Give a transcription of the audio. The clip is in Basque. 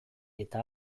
eta